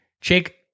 Jake